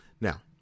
Now